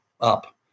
up